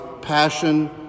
passion